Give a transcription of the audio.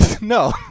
No